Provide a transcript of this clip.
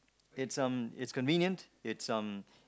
it's um it's convenient it's um